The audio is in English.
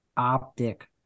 optic